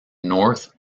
north